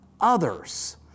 others